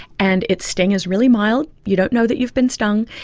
and its sting is really mild, you don't know that you've been stung,